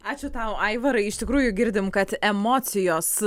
ačiū tau aivarai iš tikrųjų girdim kad emocijos